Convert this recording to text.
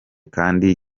kandi